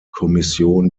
kommission